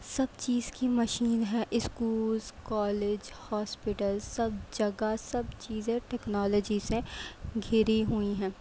سب چیز کی مشین ہے اسکولس کالج ہاسپٹلس سب جگہ سب چیزیں ٹیکنالوجی سے گھری ہوئی ہیں